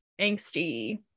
angsty